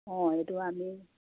অঁ এইটো আমি